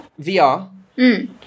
VR